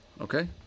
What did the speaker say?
Okay